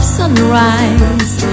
sunrise